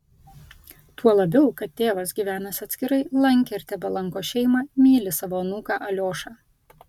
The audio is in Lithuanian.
tuo labiau kad tėvas gyvenęs atskirai lankė ir tebelanko šeimą myli savo anūką aliošą